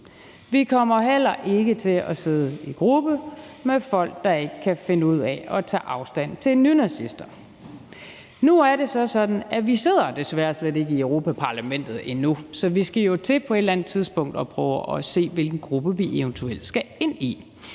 og at vi heller ikke kommer til at sidde i gruppe med folk, der ikke kan finde ud af at tage afstand fra nynazister. Nu er det så sådan, at vi desværre slet ikke sidder i Europa-Parlamentet endnu. Så vi skal jo til på et eller andet tidspunkt at prøve at se på, hvilken gruppe vi eventuelt skal ind i.